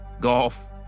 golf